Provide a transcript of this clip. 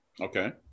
Okay